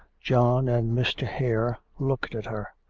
john and mr. hare looked at her.